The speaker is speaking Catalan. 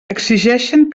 exigeixen